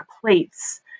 plates